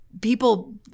people